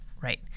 Right